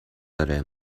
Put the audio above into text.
داره